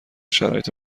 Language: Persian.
شرایط